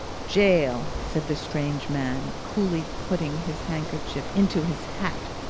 jail, said the strange man, coolly putting his handkerchief into his hat,